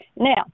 now